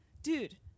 Dude